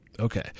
Okay